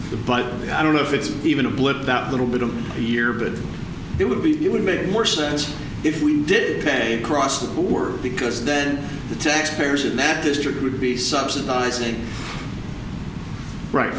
the but i don't know if it's even a blip that little bit of a year but it would be it would make more sense if we did ok cross the word because then the taxpayers in that district would be subsidizing right